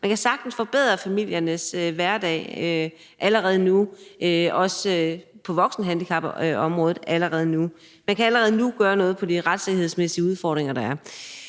Man kan sagtens forbedre familiernes hverdag, også på voksenhandicapområdet, allerede nu. Man kan allerede nu gøre noget ved de retssikkerhedsmæssige udfordringer, der er.